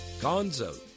Gonzo